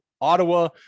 Ottawa